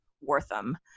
wortham